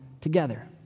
together